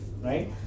right